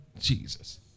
jesus